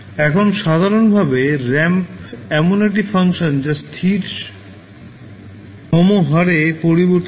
এখন সাধারণভাবে র্যাম্প এমন একটি ফাংশন যা স্থির সম হারে পরিবর্তিত হয়